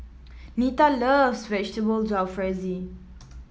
Nita loves Vegetable Jalfrezi